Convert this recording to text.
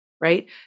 Right